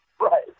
Right